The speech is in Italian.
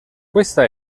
questa